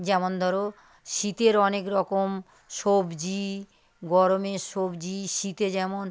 যেমন ধরো শীতের অনেক রকম সবজি গরমের সবজি শীতে যেমন